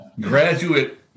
Graduate